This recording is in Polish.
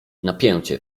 napięcie